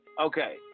Okay